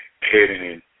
heading